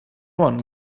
one